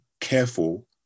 careful